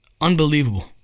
unbelievable